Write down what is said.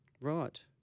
Right